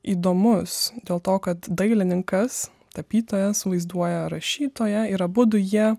įdomus dėl to kad dailininkas tapytojas vaizduoja rašytoją ir abudu jie